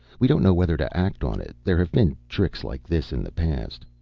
we don't know whether to act on it there have been tricks like this in the past.